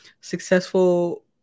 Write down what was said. successful